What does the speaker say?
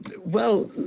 well,